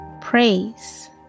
praise